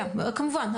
כן, כמובן.